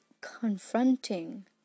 confronting